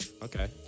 Okay